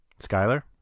Skyler